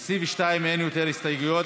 לסעיף 2 אין יותר הסתייגויות,